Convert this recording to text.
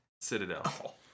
Citadel